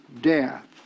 death